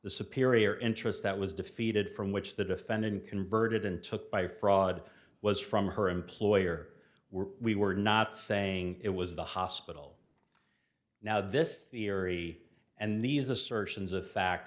the superior interest that was defeated from which the defendant converted and took by fraud was from her employer were we were not saying it was the hospital now this theory and these assertions of fact